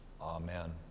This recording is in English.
Amen